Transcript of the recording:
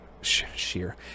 Sheer